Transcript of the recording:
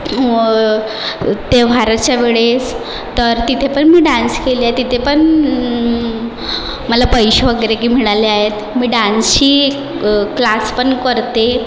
ते व्हायरसच्या वेळेस तर तिथे पण मी डान्स केले तिथे पण मला पैसे वगैरे मिळाले आहेत मी डान्सची क्लास पण करते